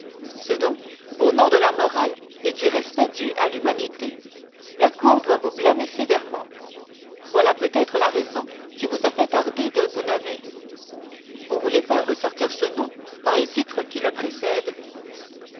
ce dont au nom de la morale et du respect dû à l'humanité la cour doit vous blâmer sévèrement voilà peut-être la raison qui vous a fait tarder de vous nommer vous voulez faire ressortir ce nom par les titres qui le précèdent